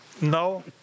No